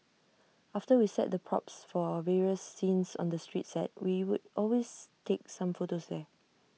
after we set the props for various scenes on the street set we would always take some photos there